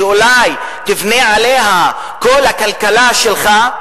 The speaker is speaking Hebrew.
שאולי תבנה עליה את כל הכלכלה שלך,